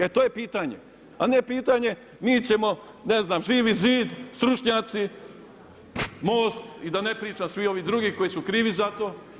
E to je pitanje, a ne pitanje, mi ćemo, ne znam, Živi zid, stručnjaci, Most i da ne pričam svi ovi drugi koji su krivi za to.